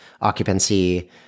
occupancy